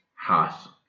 hot